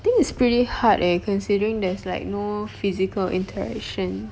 think it's pretty hard eh considering there's like no physical interaction